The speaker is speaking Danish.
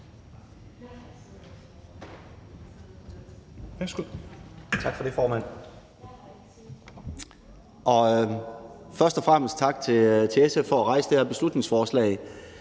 Tak for det, formand. Først og fremmest tak til SF for at fremsætte det her beslutningsforslag.